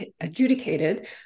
adjudicated